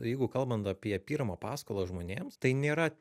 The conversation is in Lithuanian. jeigu kalbant apie pirmą paskolą žmonėms tai nėra